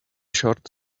short